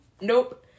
Nope